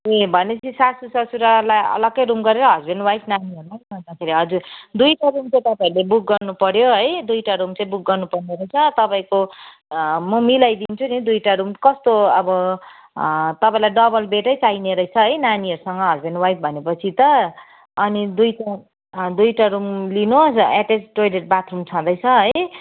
ए भनेपछि सासु ससुरालाई अलगै रुम गरेर हस्बेन्ड वाइफ नानीहरूलाई गर्दाखेरि हजुर दुईवटा रुम चाहिँ तपाईँहरूले बुक गर्नुपर्यो है दुईवटा रुम चाहिँ बुक गर्नुपर्ने रहेछ तपाईँको म मिलाइदिन्छु नि दुईवटा रुम कस्तो अब तपाईँलाई डबल बेडै चाहिने रहेछ है नानीहरूसँग हस्बेन्ड वाइफ भनेपछि त अनि दुईवटा दुईवटा रुम लिनुहोस् एटेच्ड टोइलेट बाथरूम छँदैछ है